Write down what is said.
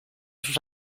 sus